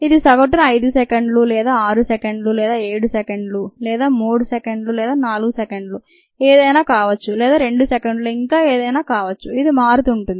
ఇది సగటున 5 సెకండ్లు లేదా 6 సెకండ్లు లేదా 7 సెకండ్లు లేదా 3 సెకండ్లు లేదా 4 సెకండ్లు ఏది అయినా కావచ్చు లేదా 2 సెకండ్లు ఇంకా ఏదైనా కావొచ్చు ఇది మారుతుంటుంది